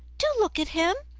do look at him.